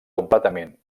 completament